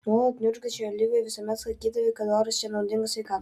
nuolat niurzgančiai olivijai visuomet sakydavai kad oras čia naudingas sveikatai